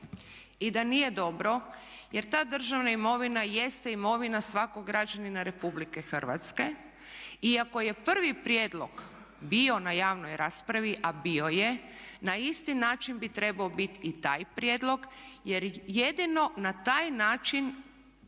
i da nije dobro jer ta državna imovina jeste imovina svakog građanina Republike Hrvatske. Iako je prvi prijedlog bio na javnoj raspravi a bio je na isti način bi trebao biti i taj prijedlog jer jedino na taj način